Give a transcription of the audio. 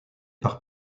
par